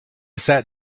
sat